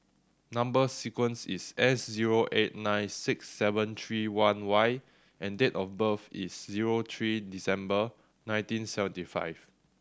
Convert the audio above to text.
number sequence is S zero eight nine six seven three one Y and date of birth is zero three December nineteen seventy five